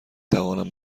توانم